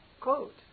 quote